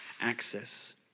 access